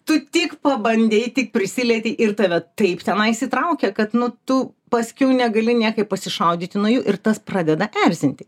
tu tik pabandei tik prisilietei ir tave taip tenais įtraukia kad nu tu paskiau negali niekaip pasišaudyti nuo jų ir tas pradeda erzinti